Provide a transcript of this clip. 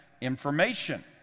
information